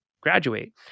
graduate